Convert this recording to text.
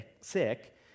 sick